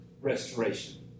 restoration